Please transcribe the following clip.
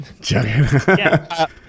Juggernaut